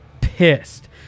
pissed